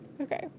Okay